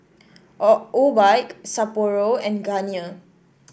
Obike Sapporo and Garnier